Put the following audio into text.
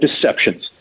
deceptions